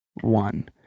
one